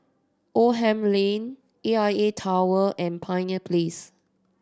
Oldham Lane A I A Tower and Pioneer Place